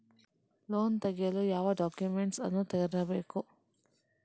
Loan ತೆಗೆಯಲು ಯಾವ documents ಅನ್ನು ತರಬೇಕು?